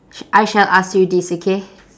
sh~ I shall ask you this okay